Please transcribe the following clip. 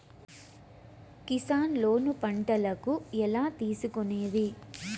Kisan loan పంటలకు ఎలా తీసుకొనేది?